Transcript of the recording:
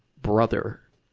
brother,